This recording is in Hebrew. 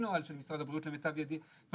נוהל של משרד הבריאות למיטב ידיעתי.